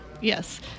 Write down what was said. Yes